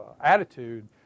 attitude